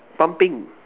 pumping